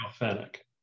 authentic